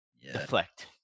deflect